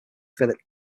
philip